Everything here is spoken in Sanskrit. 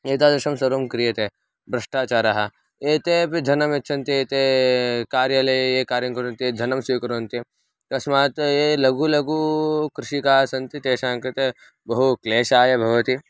एतादृशं सर्वं क्रियते ब्रष्टाचारः एते अपि धनं यच्छन्ति एते कार्यालये ये कार्यं कुर्वन्ति ते धनं स्वीकुर्वन्ति तस्मात् ये लघु लघु कृषकाः सन्ति तेषां कृते बहु क्लेशाय भवति